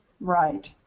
right